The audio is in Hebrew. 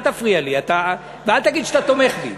אל תפריע לי ואל תגיד לי שאתה תומך בי,